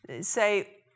Say